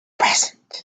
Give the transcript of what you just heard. present